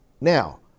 Now